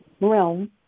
realm